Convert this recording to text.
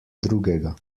drugega